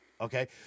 okay